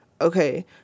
Okay